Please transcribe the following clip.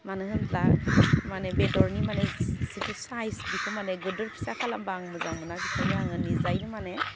मानो होनब्ला माने बेदरनि माने जिथु साइस बिखौ माने गिदिर फिसा खालामबा आं मोजां मोना बिखायनो आङो निजायैनो माने